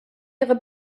ihre